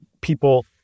people